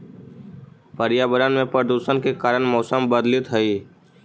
पर्यावरण में प्रदूषण के कारण मौसम बदलित हई